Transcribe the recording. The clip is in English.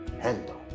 handle